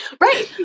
Right